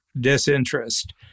disinterest